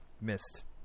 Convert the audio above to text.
missed